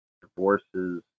divorces